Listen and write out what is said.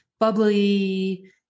Bubbly